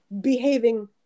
behaving